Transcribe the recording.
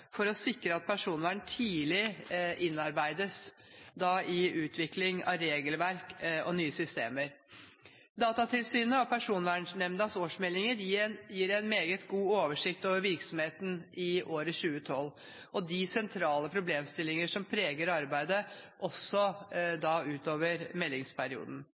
for å sikre at personvern tidlig innarbeides ved utvikling av regelverk og nye systemer. Datatilsynets og Personvernnemndas årsmeldinger gir en meget god oversikt over virksomheten i 2012 og de sentrale problemstillinger som preger arbeidet, også utover meldingsperioden.